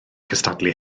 cystadlu